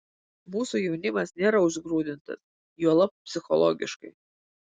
mūsų jaunimas nėra užgrūdintas juolab psichologiškai